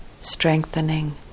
strengthening